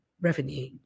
revenue